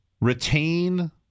retain